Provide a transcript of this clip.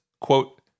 Quote